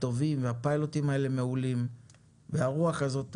טובים והפיילוטים האלה מעולים והרוח הזאת טובה,